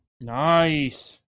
Nice